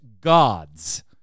gods